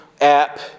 app